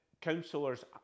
councillors